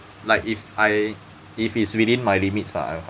like if I if it's within my limits {ah] I will